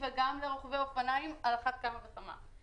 ועל אחת כמה וכמה לרוכבי אופניים.